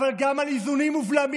אבל גם על איזונים ובלמים,